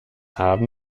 haben